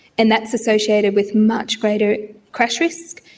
and that's associated with much greater crash risk.